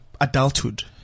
adulthood